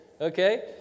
Okay